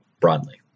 broadly